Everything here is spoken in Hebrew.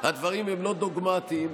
הדברים הם לא דוגמטיים,